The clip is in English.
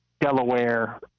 Delaware